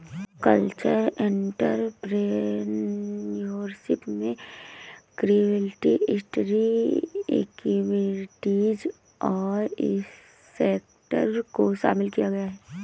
cultural entrepreneurship में creative industry activities और sector को शामिल किया गया है